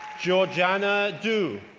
georgiana du,